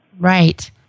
right